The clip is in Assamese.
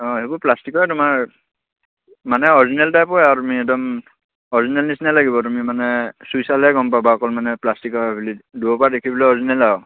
অঁ এইবোৰ প্লাষ্টিকৰে তোমাৰ মানে অৰিজিনেল টাইপৰে আৰু তুমি একদম অৰিজিনেল নিচিনাই লাগিব তুমি মানে চুই চালে গম পাবা অকল মানে প্লাষ্টিকৰ দূৰৰপৰা দেখিবলৈ অৰিজিনেল আৰু